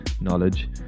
knowledge